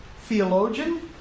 theologian